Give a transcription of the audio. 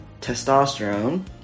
testosterone